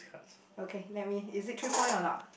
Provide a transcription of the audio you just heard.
okay let me is it three point or not